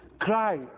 cry